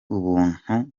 ubuntu